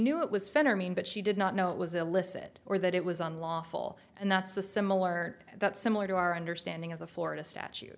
knew it was fun or mean but she did not know it was illicit or that it was unlawful and that's a similar that's similar to our understanding of the florida statu